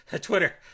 twitter